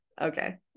okay